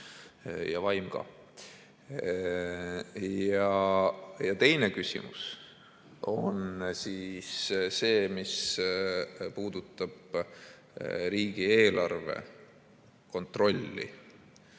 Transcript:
Ja teine küsimus on siis see, mis puudutab riigieelarve kontrolli